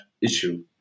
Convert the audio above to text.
issue